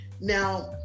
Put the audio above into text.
Now